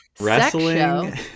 wrestling